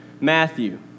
Matthew